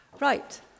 Right